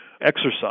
exercise